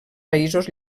països